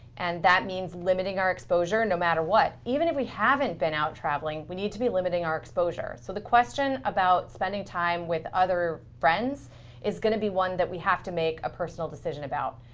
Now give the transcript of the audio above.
and that means limiting our exposure, no matter what. even if we haven't been out traveling, we need to be limiting our exposure. so the question about spending time with other friends is going to be one that we have to make a personal decision about.